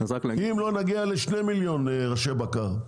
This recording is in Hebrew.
אם לא נגיע ל-2 מיליון ראשי בקר,